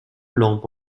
lampe